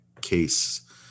case